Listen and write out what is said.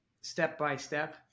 step-by-step